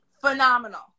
Phenomenal